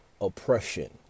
oppression